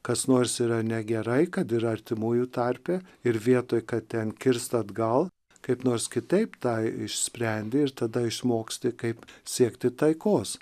kas nors yra negerai kad yra artimųjų tarpe ir vietoj kad ten kirst atgal kaip nors kitaip tą išsprendi ir tada išmoksti kaip siekti taikos